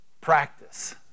Practice